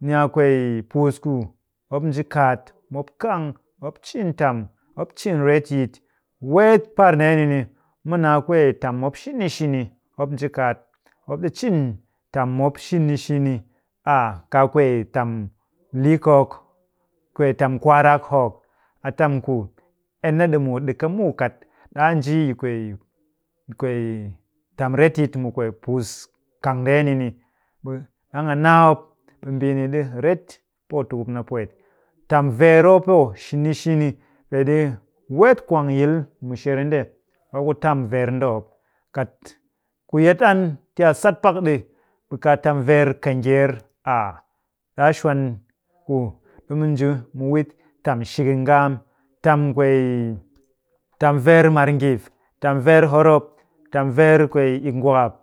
Ni a kwee puus ku mop nji kaat, mop kang mop cin tam, mop cin retyit. Weet par ndeeni ni, mu naa kwee tam mop shini shini. Mop nji kaat. Mop ɗi cin tam mop shini shini. A kaa kwee tam liikook, kwee tam kwarak hokk. A tam ku enna ɗi muut ɗika muw. Kat ɗaa nji yi kwee kwee tam retyit mu kwee puus kang ndeeni ni, ɓe bang a naa mop, ɓe mbii ɗi ret pootukup na pwet. Tam veer mop oh shini shini. Peeɗi weet kwang yil mushere nde, mop ku tam veer nde mop. Kat, ku yet an ti a sat pak ɗi. Kaa tam veer kanger, ah ɗaa shwan ku ɗimu nji mu wit tam shiki ngaam. Tam kwee, tam veer margif, tam veer horop, tam veer kwee ik'ngwakap,